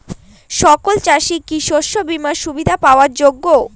সকল চাষি কি শস্য বিমার সুবিধা পাওয়ার যোগ্য?